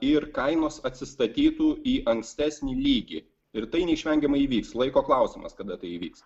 ir kainos atsistatytų į ankstesnį lygį ir tai neišvengiamai įvyks laiko klausimas kada tai įvyks